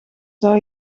zou